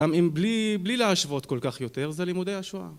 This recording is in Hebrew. גם אם בלי להשוות כל כך יותר, זה לימודי השואה.